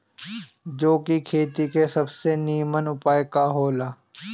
जौ के खेती के सबसे नीमन उपाय का हो ला?